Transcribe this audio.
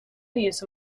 use